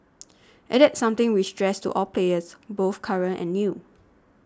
and that's something we stress to all players both current and new